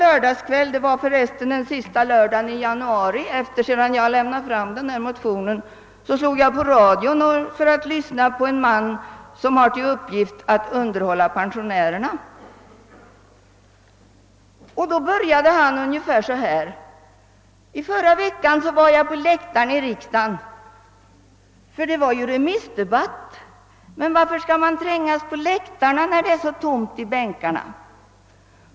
Sedan jag framlämnat min motion slog jag den sista lördagskvällen i januari på radion för att lyssna på en man som har till uppgift att underhålla pensionärer. Han började ungefär så här: Förra veckan var jag på läktaren i riksdagen då det var remissdebatt, men varför skall man trängas på läktaren när det är så tomt i kammarens bänkar?